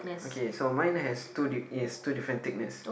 okay so mine has two di~ is two different thickness